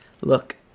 look